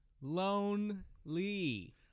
Lonely